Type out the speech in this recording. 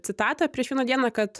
citatą prieš vieną dieną kad